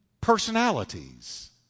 personalities